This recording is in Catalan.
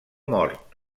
mort